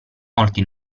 molti